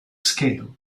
scale